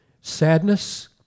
Sadness